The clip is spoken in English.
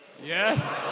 Yes